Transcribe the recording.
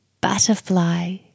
butterfly